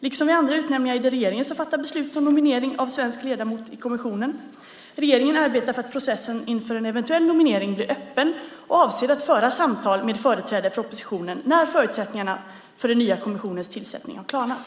Liksom vid andra utnämningar är det regeringen som fattar beslut om nominering av svensk ledamot i kommissionen. Regeringen arbetar för att processen inför en eventuell nominering blir öppen och avser att föra samtal med företrädare för oppositionen när förutsättningarna för den nya kommissionens tillsättning har klarnat.